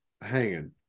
hanging